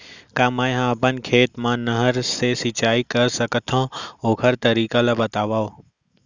का मै ह अपन खेत मा नहर से सिंचाई कर सकथो, ओखर तरीका ला बतावव?